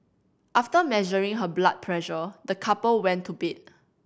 after measuring her blood pressure the couple went to bed